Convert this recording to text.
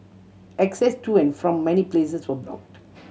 access to and from many places were blocked